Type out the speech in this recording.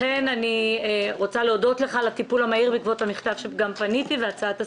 לכן אני מודה לך בעקבות המכתב שפניתי והצעת הסדר.